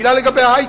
מלה לגבי ההיי-טק,